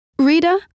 Rita